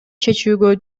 чечүүгө